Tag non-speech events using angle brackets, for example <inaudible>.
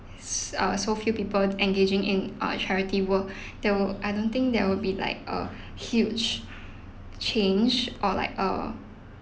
s~ uh so few people engaging in uh charity work <breath> there would I don't think there would be like a huge change or like a